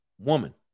woman